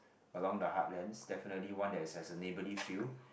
along the heartlands definitely one that has a neighbourly feel